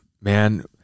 man